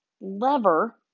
lever